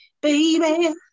baby